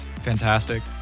fantastic